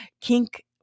kink